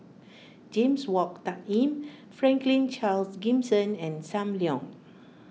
James Wong Tuck Yim Franklin Charles Gimson and Sam Leong